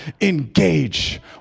engage